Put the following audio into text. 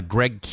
Greg